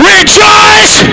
Rejoice